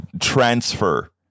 transfer